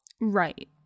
Right